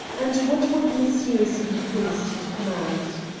and what would messieurs be pleased to command?